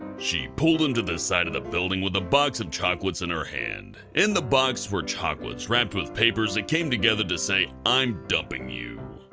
she pulled him to the side of the building with a box of chocolates in her hand. in the box there were chocolates wrapped with papers that came together to say, i'm dumping you.